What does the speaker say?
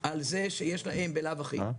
אצלנו בערבית אומרים לא בעלי מוגבלות שיש להם כאילו,